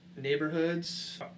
neighborhoods